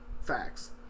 Facts